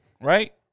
Right